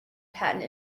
patent